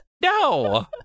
No